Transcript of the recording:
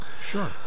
Sure